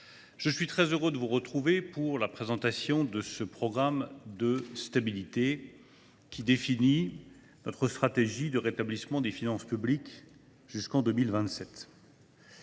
je suis très heureux de vous retrouver pour présenter ce programme de stabilité, qui définit notre stratégie de rétablissement des finances publiques jusqu’en 2027.